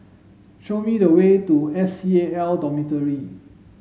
show me the way to S C A L Dormitory